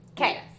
Okay